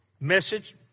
message